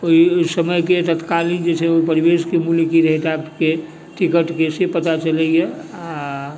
ओहि समयके तत्कालिक जे छै ओहि परिवेशके मूल्य की रहै डाकके टिकटके से पता चलैए आओर